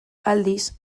aldiz